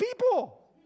people